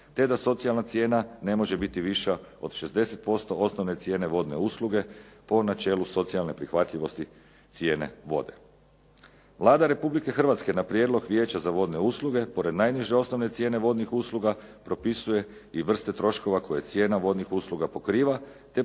te da socijalna cijena ne može biti viša od 60% osnovne cijene vodne usluge po načelu socijalne prihvatljivosti cijene vode. Vlada Republike Hrvatske na prijedlog Vijeća za vodne usluge pored najniže osnovne cijene vodnih usluga propisuje i vrste troškova koje cijena vodnih usluga pokriva,